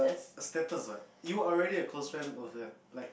status what you are already a close friend with them like